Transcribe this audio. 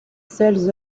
seules